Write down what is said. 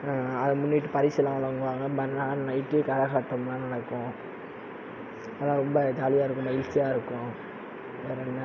அதை முன்னிட்டு பரிசுலாம் வழங்குவாங்க மறுநாள் நைட்டு கரகாட்டம்லாம் நடக்கும் அதான் ரொம்ப ஜாலியாக இருக்கும் மகிழ்ச்சியாக இருக்கும் வேற என்ன